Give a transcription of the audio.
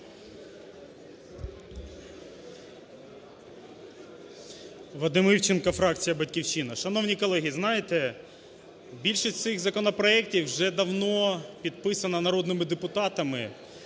Вадим Івченко, фракція "Батьківщина". Шановні колеги, знаєте, більшість цих законопроектів вже давно підписана народними депутатами